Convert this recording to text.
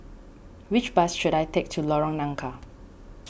which bus should I take to Lorong Nangka